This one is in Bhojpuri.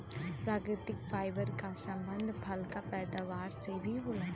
प्राकृतिक फाइबर क संबंध फल क पैदावार से भी होला